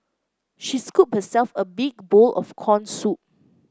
she scooped herself a big bowl of corn soup